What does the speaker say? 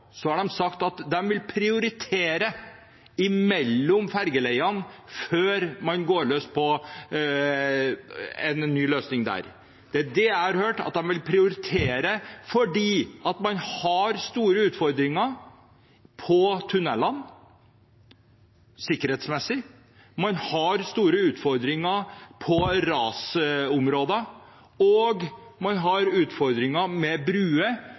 har de sagt at de vil prioritere mellom fergeleiene før man går løs på en ny løsning. Det er det jeg har hørt at de vil prioritere, for man har store utfordringer sikkerhetsmessig når det gjelder tunnelene, man har store utfordringer i rasområder, og man har utfordringer med bruer